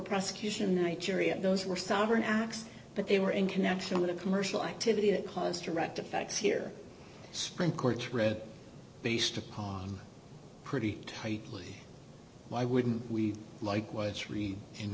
prosecution nigeria those were sovereign acts but they were in connection to commercial activity that caused direct effects here spend courts read based upon pretty tightly why wouldn't we like what it's read in